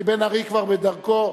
כי בן-ארי כבר בדרכו.